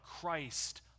Christ